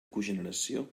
cogeneració